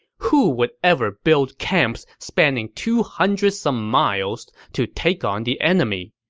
who would ever build camps spanning two hundred some miles to take on the enemy?